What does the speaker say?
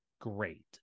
great